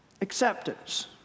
acceptance